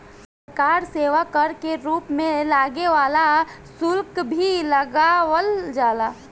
सरकार सेवा कर के रूप में लागे वाला शुल्क भी लगावल जाला